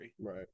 Right